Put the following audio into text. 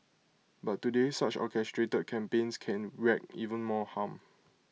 but today such orchestrated campaigns can wreak even more harm